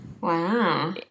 Wow